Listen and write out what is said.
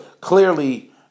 clearly